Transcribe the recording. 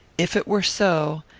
if it were so,